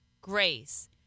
grace